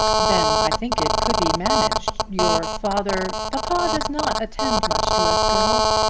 then i think it could be managed. your father papa does not attend much to us girls.